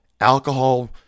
Alcohol